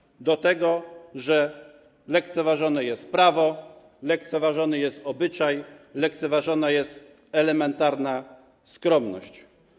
Doszliśmy do tego, że lekceważone jest prawo, lekceważony jest obyczaj, lekceważona jest elementarna skromność.